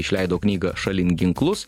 išleido knygą šalin ginklus